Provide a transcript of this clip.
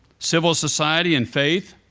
civil society and faith,